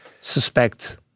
suspect